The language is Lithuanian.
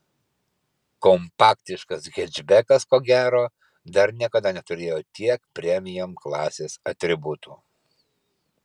kompaktiškas hečbekas ko gero dar niekada neturėjo tiek premium klasės atributų